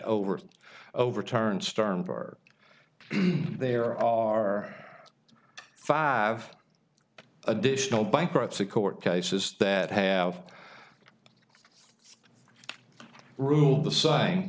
over overturned starboard there are five additional bankruptcy court cases that have ruled the s